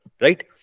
right